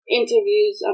interviews